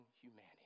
humanity